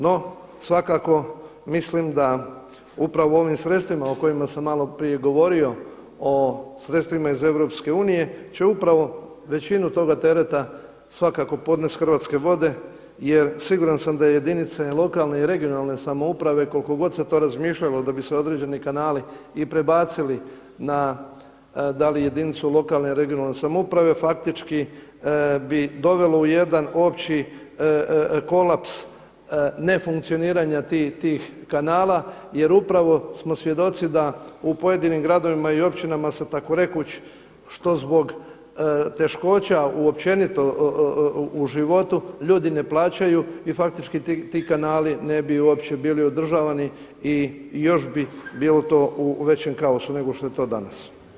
No svakako mislim da upravo ovim sredstvima o kojima sam malo prije govorio, o sredstvima iz EU će upravo većinu toga tereta svakako podnesti Hrvatske vode jer siguran sam da jedinice lokalne i regionalne samouprave koliko god se to razmišljalo da bi se određeni kanali i prebacili na da li na jedinicu lokalne i regionalne samouprave faktički bi dovelo u jedan opći kolaps nefunkcioniranja tih kanala jer upravo smo svjedoci da u pojedinim gradovima i općinama se tako rekuć što zbog teškoća općenito u životu ljudi ne plaćaju i faktički ti kanali ne bi uopće bili održavani i još bi bilo to u većem kaosu nego što je to danas.